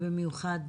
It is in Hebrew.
במיוחד